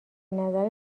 نظر